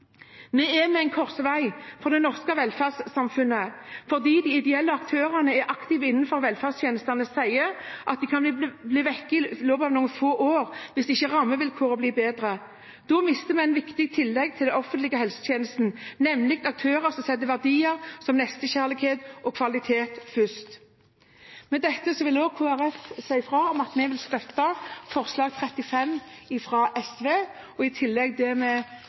Vi er ved en korsvei for det norske velferdssamfunnet, for det de ideelle aktørene som er aktive innenfor velferdstjenestene sier, er at de kan bli borte i løpet av noen få år hvis ikke rammevilkårene blir bedre. Da mister vi et viktig tillegg til den offentlige helsetjenesten, nemlig aktører som setter verdier som nestekjærlighet og kvalitet først. Med dette vil Kristelig Folkeparti si fra om at vi vil støtte forslag nr. 35, fra SV, i tillegg til de forslagene vi er medforslagsstillere til. Jeg vil med